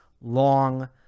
long